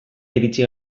iritsi